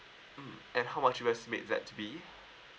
mm and how much it was made that be